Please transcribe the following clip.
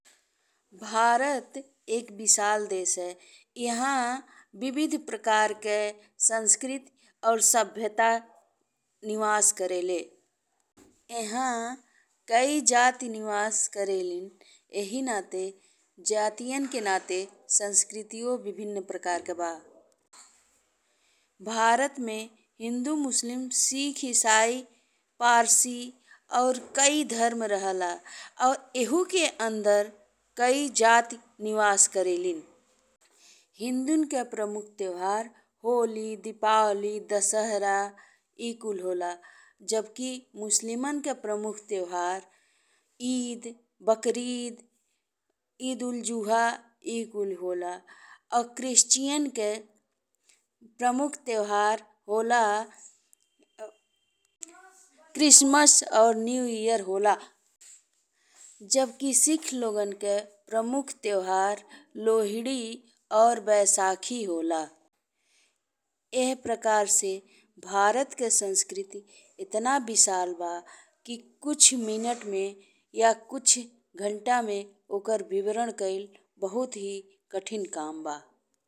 भारत एक विशाल देश है। इहाँ विविध प्रकार के संस्कृति और सभ्यता निवास करेलें। इहाँ कई जाति निवास करेलें एह नाते जातियन के नाते संस्कृतियो विभिन्न प्रकार के बा। भारत में हिन्दू, मुस्लिम, सिख, इसाई, पारसी और कई धर्म रहेला और एहू के अंदर कई जाति निवास करेलें। हिन्दू के प्रमुख त्योहार होली, दीपावली, दशहरा ए कुल होला, जबकि मुसलमान के प्रमुख त्योहार ईद, बकरईद, ईद उल जुहा ए कुल होला और क्रिश्चियन के प्रमुख त्योहार होला क्रिसमस और न्यू ईयर होला, जबकि सिख लोगन के मुख्य त्योहार लोहड़ी और बैसाखी होला। एह प्रकार से भारत के संस्कृति इतना विशाल बा कि कुछ मिनट में या कुछ घण्टा में ओकर विवरण कहिल बहुत ही कठिन काम बा।